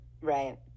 Right